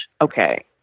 Okay